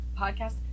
podcast